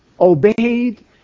obeyed